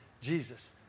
Jesus